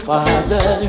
Father